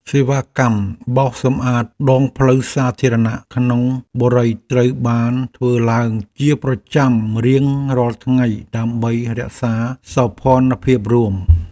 សេវាកម្មបោសសម្អាតដងផ្លូវសាធារណៈក្នុងបុរីត្រូវបានធ្វើឡើងជាប្រចាំរៀងរាល់ថ្ងៃដើម្បីរក្សាសោភ័ណភាពរួម។